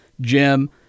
Jim